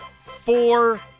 four